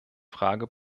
frage